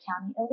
County